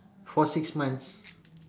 for six months